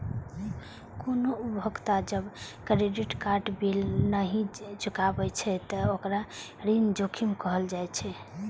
कोनो उपभोक्ता जब क्रेडिट कार्ड बिल नहि चुकाबै छै, ते ओकरा ऋण जोखिम कहल जाइ छै